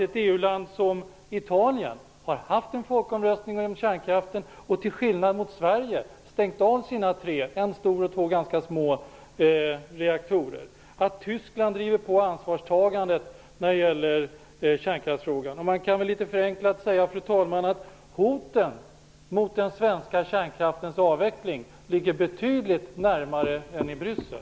EU-landet Italien har haft en folkomröstning om kärnkraften, och till skillnad från Sverige har man stängt av sina tre reaktorer - en stor och två ganska små. Tyskland driver frågan om ansvarstagandet när det gäller kärnkraften. Fru talman! Litet förenklat kan man säga att hoten mot den svenska kärnkraftens avveckling ligger betydligt närmare än Bryssel.